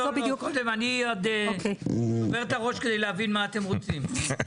אני עוד שובר את הראש כדי להבין מה אתם רוצים.